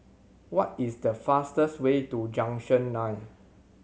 what is the fastest way to Junction Nine